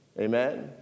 Amen